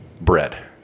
bread